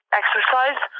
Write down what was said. exercise